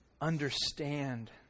understand